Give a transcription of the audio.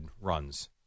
runs